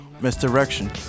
Misdirection